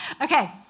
Okay